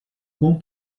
quão